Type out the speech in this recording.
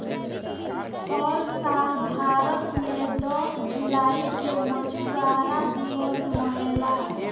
हर साल भारत मे दस जुलाई के मछुआरा दिवस मनेला